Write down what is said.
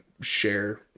share